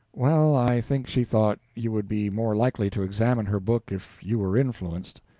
well, i think she thought you would be more likely to examine her book if you were influenced.